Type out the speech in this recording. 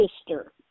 sister